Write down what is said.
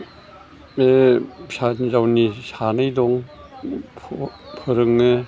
बे फिसा हिन्जावनि सानै दं फोरोङो